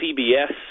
CBS